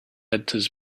enters